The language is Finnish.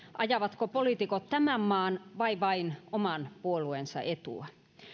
ajavatko poliitikot tämän maan vai vain oman puolueensa etua